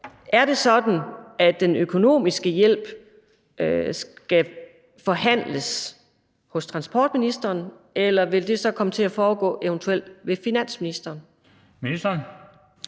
er det sådan, at den økonomiske hjælp skal forhandles hos transportministeren, eller vil det så eventuelt komme til at foregå ved finansministeren? Kl.